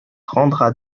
rendra